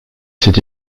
cet